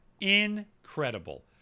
Incredible